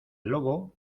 lobo